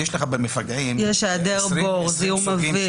זיהום אוויר,